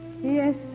Yes